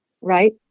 right